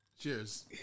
Cheers